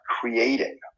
creating